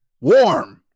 warm